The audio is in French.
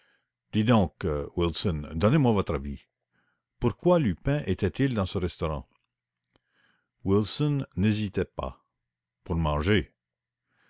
dites donc wilson donnez-moi votre avis pourquoi lupin était-il dans ce restaurant wilson n'hésita pas pour manger